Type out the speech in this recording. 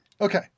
Okay